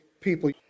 people